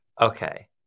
Okay